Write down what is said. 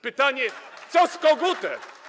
Pytanie: Co z Kogutem?